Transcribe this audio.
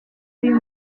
uyu